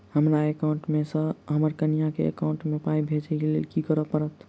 हमरा एकाउंट मे सऽ हम्मर कनिया केँ एकाउंट मै पाई भेजइ लेल की करऽ पड़त?